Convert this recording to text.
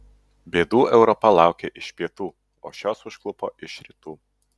bėdų europa laukė iš pietų o šios užklupo ir rytų